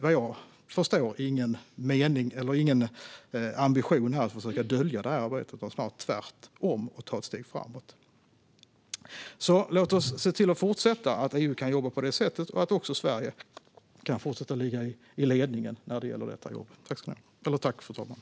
Vad jag förstår finns det ingen ambition att försöka dölja det arbetet, utan tvärtom handlar det snarare om att ta ett steg framåt. Låt oss alltså se till att EU kan fortsätta jobba på det sättet och även att Sverige kan fortsätta att ligga i ledningen när det gäller detta arbete.